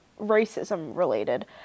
racism-related